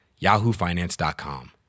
yahoofinance.com